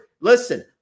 listen